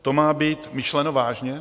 To má být myšleno vážně?